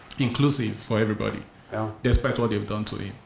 inclusive for everybody despite what they've done to him.